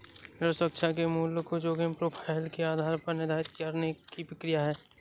ऋण सुरक्षा के मूल्य को जोखिम प्रोफ़ाइल के आधार पर निर्धारित करने की प्रक्रिया है